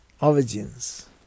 origins